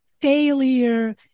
failure